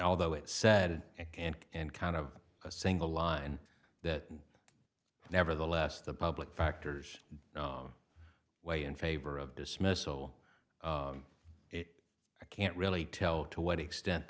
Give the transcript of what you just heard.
although it said and kind of a single line that nevertheless the public factors way in favor of dismissal it i can't really tell to what extent